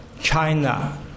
China